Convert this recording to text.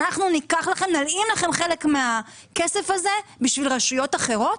אנחנו נלאים לכם חלק מהכסף הזה בשביל רשויות אחרות",